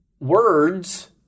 words